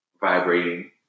vibrating